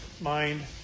mind